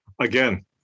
Again